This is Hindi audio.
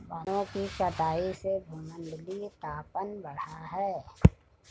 वनों की कटाई से भूमंडलीय तापन बढ़ा है